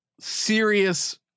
serious